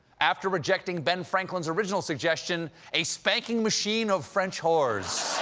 after rejecting ben franklin's original suggestion a spanking machine of french whores.